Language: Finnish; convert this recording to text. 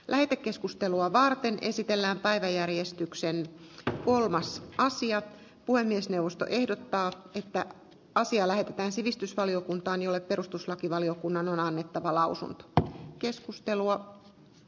lähetekeskustelua varten esitellään päiväjärjestyksen kolmas karsia puhemiesneuvosto ehdottaa että asia lähetetään sivistysvaliokuntaan jolle perustuslakivaliokunnan on alennettava lausunut keskustelua